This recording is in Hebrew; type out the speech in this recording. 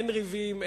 אין ריבים,